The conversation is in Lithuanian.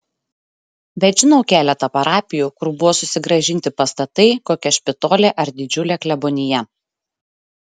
bet žinau keletą parapijų kur buvo susigrąžinti pastatai kokia špitolė ar didžiulė klebonija